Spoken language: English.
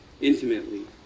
intimately